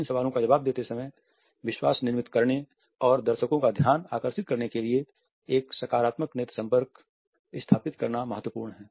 इन सवालों का जवाब देते समय विश्वास निर्मित करने और दर्शकों का ध्यान आकर्षित करने के लिए एक सकारात्मक नेत्र संपर्क स्थापित करना महत्वपूर्ण है